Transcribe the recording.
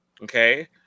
okay